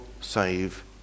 save